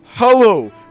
Hello